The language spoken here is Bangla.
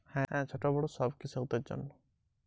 প্রধানমন্ত্রী কিষান সম্মান নিধি কি ছোটো বড়ো সকল কৃষকের জন্য?